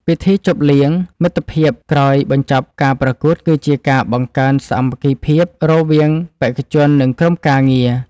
ពិធីជប់លៀងមិត្តភាពក្រោយបញ្ចប់ការប្រកួតគឺជាការបង្កើនសាមគ្គីភាពរវាងបេក្ខជន និង ក្រុមការងារ។